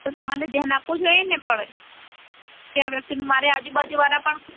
તમારે ધ્યાન આપવું જોઈએને પણ કે આ વ્યક્તિનું આજુબાજુ વાળા પણ